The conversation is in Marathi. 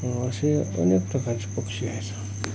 असे अनेक प्रकारचे पक्षी आहेत